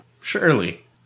Surely